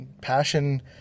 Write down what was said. Passion